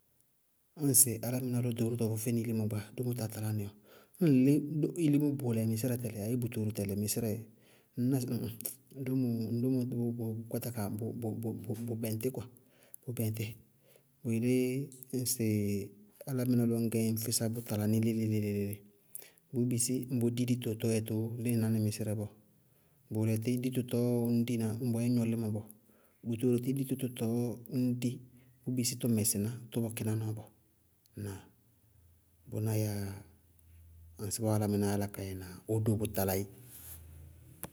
Ñŋsɩ álámɩná lɔ ɖorótɔ vʋ fɛnɩ ilimó gba, dómo táa talá nɩ bɔɔ. Ñŋ ŋ lí ilimó bʋʋlɛ nɛsírɛ tɛlɩ ayé bʋtooro tɛlɩ, nɛsírɛ, ŋñná sɩ ñ ŋ ŋñ ná sɩ dómo, ŋ dómo bʋ bʋ bɛŋtí kwa, bʋ bɛŋtíɩ. Bʋ yelé bíɩ ŋsɩ álámɩná lɔ ŋñgɛ ñ físá bʋ tala ní léle-léle-léle, bʋʋ bisí ñ bɔ di dito tɔɔɔ yɛ tʋʋ lína ní mɩsírɛ bɔɔ. Bʋʋlɛtɩ dito tɔɔ ññ di na ñ bɔyɛ ŋñ gnɔ límɔ bɔɔ, bʋtooro tí, dito tɔ tɔɔ ñŋ di bʋʋ bisí tʋ mɛsɩ ná tɔ bɔ kɩná nɔɔ bɔɔ. Ŋnáa? Bʋná yáa ŋsɩbɔɔ álámɩnáá yála ka yɛ na ɔ do bʋ tala í.